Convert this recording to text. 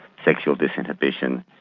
sexual disinhibition.